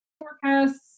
forecasts